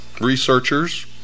researchers